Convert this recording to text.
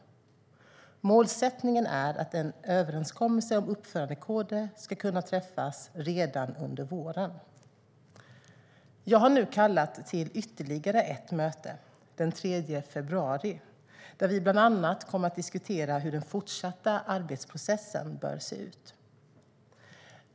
Målsättningen är att en överenskommelse om uppförandekoder ska kunna träffas redan under våren. Jag har nu kallat till ytterligare ett möte, den 3 februari, där vi bland annat kommer att diskutera hur den fortsatta arbetsprocessen bör se ut.